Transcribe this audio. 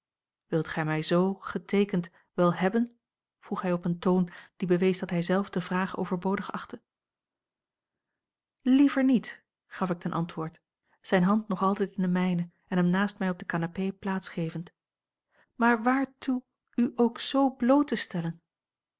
wilt gij mij z geteekend wel hebben vroeg hij op een toon die bewees dat hij zelf de vraag overbodig achtte a l g bosboom-toussaint langs een omweg liever niet gaf ik ten antwoord zijne hand nog altijd in de mijne en hem naast mij op de canapé plaats gevend maar waartoe u ook z bloot te stellen